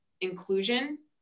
inclusion